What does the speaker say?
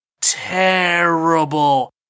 terrible